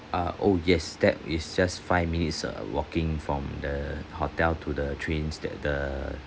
uh oh yes that is just five minutes uh walking from the hotel to the trains that the